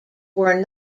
were